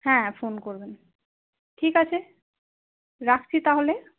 হ্যাঁ ফোন করবেন ঠিক আছে রাখছি তাহলে